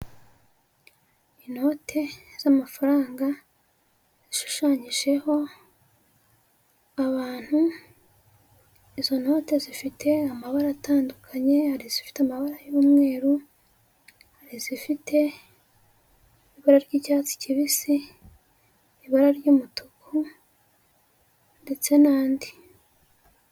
Inote z'amafaranga zishushanyijeho abantu, izo note zifite amabara atandukanye: hari izifite amabara y'umweru, hari izifite ibara ry'icyatsi kibisi, ibara ry'umutuku ndetse n'andi.